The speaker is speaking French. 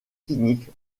cliniques